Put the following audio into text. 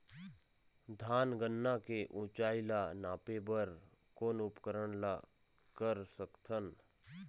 धान गन्ना के ऊंचाई ला नापे बर कोन उपकरण ला कर सकथन?